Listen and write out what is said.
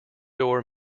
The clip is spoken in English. door